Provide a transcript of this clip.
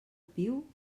piu